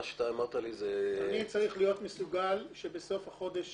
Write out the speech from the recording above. מה שאתה אמרת לי זה --- אני צריך להיות מסוגל שבסוף החודש